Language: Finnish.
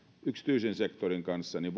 yksityisen sektorin kanssa niin